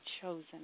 chosen